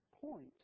point